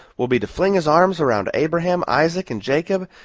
will be to fling his arms around abraham, isaac and jacob,